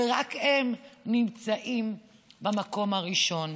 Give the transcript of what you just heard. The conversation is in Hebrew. ורק הם נמצאים במקום הראשון.